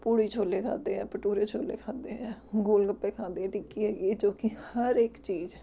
ਪੂੜੀ ਛੋਲੇ ਖਾਧੇ ਆ ਭਟੂਰੇ ਛੋਲੇ ਖਾਧੇ ਆ ਗੋਲ ਗੱਪੇ ਖਾਧੇ ਆ ਟਿੱਕੀ ਹੈਗੀ ਜੋ ਕਿ ਹਰ ਇੱਕ ਚੀਜ਼